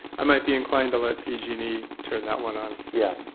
i might be inclined to let pg and e turn that one on. yes.